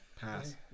Pass